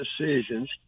decisions